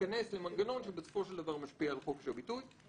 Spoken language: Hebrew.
תיכנס למנגנון שבסופו של דבר משפיע על חופש הביטוי.